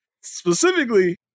specifically